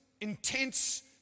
intense